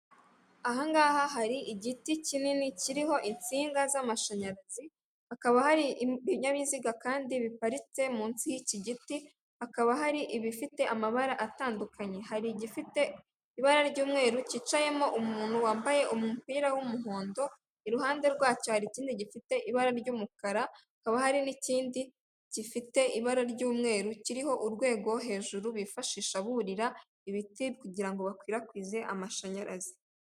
Ahangaha hari igiti kinini kiriho insinga z'amashanyarazi. Hakaba hari ibinyabiziga kandi biparitse munsi y'iki giti hakaba hari ibifite amabara atandukanye. Hari igifite ibara ry'umweru cyicayemo umuntu wambaye umupira w'umuhondo, iruhande rwacyo hari ikindi gifite ibara ry'umukara hakaba hari n'ikindi gifite ibara ry'umweru kiriho urwego hejuru bifashisha buririra ibiti kugira bakwirakwize amashanyarazi.